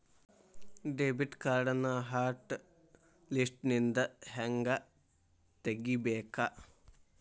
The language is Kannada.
ಡೆಬಿಟ್ ಕಾರ್ಡ್ನ ಹಾಟ್ ಲಿಸ್ಟ್ನಿಂದ ಹೆಂಗ ತೆಗಿಬೇಕ